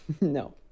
no